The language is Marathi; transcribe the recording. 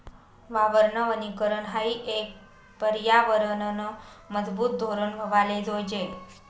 वावरनं वनीकरन हायी या परयावरनंनं मजबूत धोरन व्हवाले जोयजे